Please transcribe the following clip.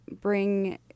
bring